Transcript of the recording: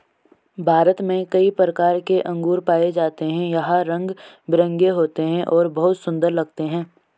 भारत में कई प्रकार के अंगूर पाए जाते हैं यह रंग बिरंगे होते हैं और बहुत सुंदर लगते हैं